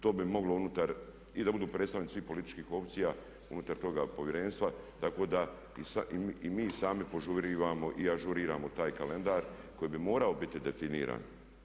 To bi moglo unutar, i da budu predstavnici svih političkih opcija unutar toga povjerenstva tako da i mi sami požurujemo i ažuriramo taj kalendar koji bi morao biti definiran.